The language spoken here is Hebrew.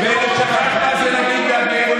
אני רוצה להגיד עוד